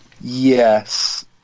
Yes